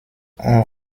ont